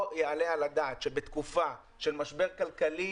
לא יעלה על הדעת שבתקופה של משבר כלכלי